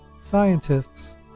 Scientists